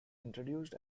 introduced